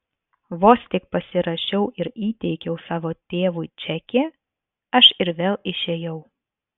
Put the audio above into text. vos tik pasirašiau ir įteikiau savo tėvui čekį aš ir vėl išėjau